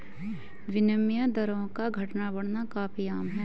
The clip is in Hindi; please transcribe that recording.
विनिमय दरों का घटना बढ़ना काफी आम है